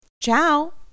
Ciao